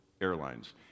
Airlines